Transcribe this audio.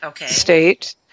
state